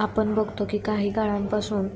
आपण बघतो की काही काळांपासून